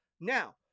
Now